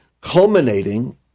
culminating